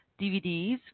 DVDs